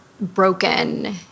broken